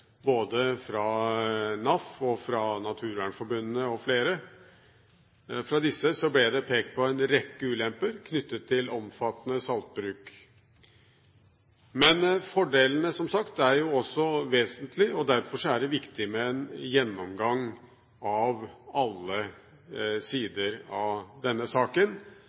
både fra NAF, fra Naturvernforbundet og flere. Fra disse ble det pekt på en rekke ulemper knyttet til omfattende saltbruk. Men fordelene er jo, som sagt, også vesentlige, og derfor er det viktig med en gjennomgang av alle sider av denne saken.